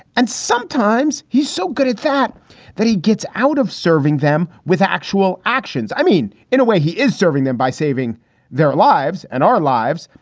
and sometimes he's so good at that that he gets out of serving them with actual actions. i mean, in a way, he is serving them by saving their lives and our lives.